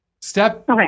Step